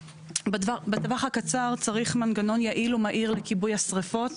בטווח הקצר צריך מנגנון יעיל ומהיר לכיבוי השריפות.